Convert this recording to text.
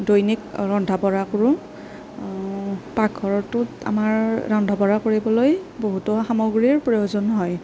দৈনিক ৰন্ধা বঢ়া কৰোঁ পাকঘৰটোত আমাৰ ৰন্ধা বঢ়া কৰিবলৈ বহুতো সামগ্ৰীৰ প্ৰয়োজন হয়